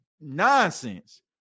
nonsense